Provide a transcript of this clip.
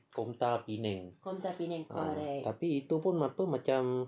komtar penang tapi itu pun apa apa macam